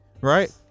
right